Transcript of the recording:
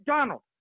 Donald